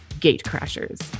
Gatecrashers